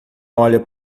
olha